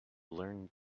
learned